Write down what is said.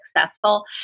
successful